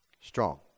strong